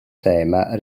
tema